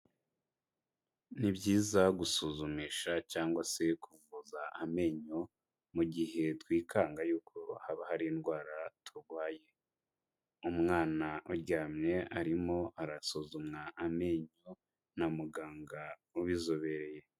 Ni byiza gusuzumisha cyangwa se kuvuza amenyo, mu gihe twikanga y'uko haba hari indwara turwaye. Umwana uryamye, arimo arasuzumwa amenyo na muganga ubizobereye.